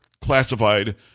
classified